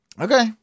Okay